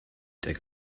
dig